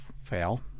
fail